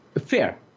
fair